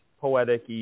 poetic